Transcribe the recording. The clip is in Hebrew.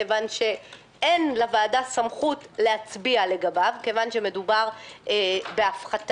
מכיוון שאין לוועדה סמכות להצביע לגביו מכיוון שמדובר בהפחתה.